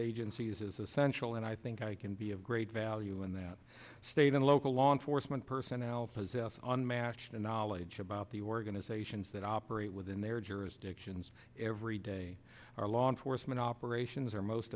agencies is essential and i think i can be of great value in that state and local law enforcement personnel on match and knowledge about the organizations that operate within their jurisdictions every day our law enforcement operations are most